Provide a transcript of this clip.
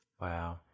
Wow